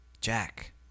Jack